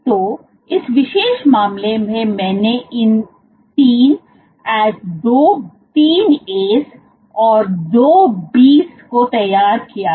तो इस विशेष मामले में मैंने इन 3 As और 2 Bs को तैयार किया है